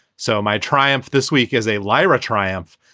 so my triumph this week as a liar, a triumph.